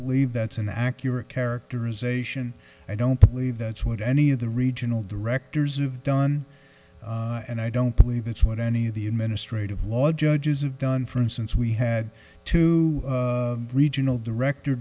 believe that's an accurate characterization i don't believe that's what any of the regional directors of done and i don't believe it's what any of the administrative law judges have done for instance we had to regional director